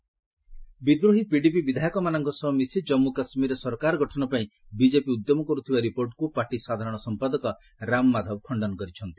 Ram Madhav JK ବିଦ୍ରୋହୀ PDP ବିଧାୟକମାନଙ୍କ ସହ ମିଶି ଜନ୍ମୁ କାଶ୍ମୀରରେ ସରକାର ଗଠନପାଇଁ ବିକେପି ଉଦ୍ୟମ କରୁଥିବା ରିପୋର୍ଟକୁ ପାର୍ଟି ସାଧାରଣ ସମ୍ପାଦକ ରାମ ମାଧବ ଖଣ୍ଡନ କରିଛନ୍ତି